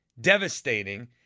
devastating